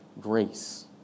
grace